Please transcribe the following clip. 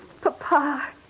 Papa